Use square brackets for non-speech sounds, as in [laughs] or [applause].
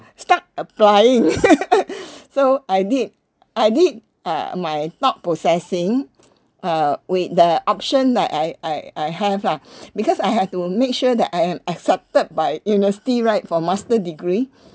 start applying [laughs] so I did I did uh my thought possessing uh with the option that I I I have lah [breath] because I have to make sure that I am accepted by university right for master degree